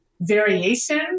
variation